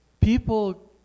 people